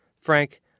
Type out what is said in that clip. Frank